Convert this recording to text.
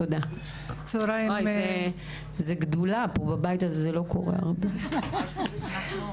תודה, זה לא קורה הרבה בבית הזה.